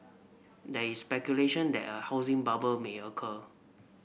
there is speculation that a housing bubble may occur